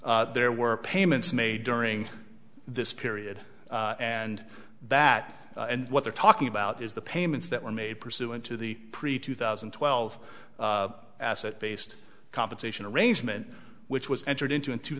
there were payments made during this period and that and what they're talking about is the payments that were made pursuant to the pre two thousand and twelve asset based compensation arrangement which was entered into in two